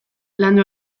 landu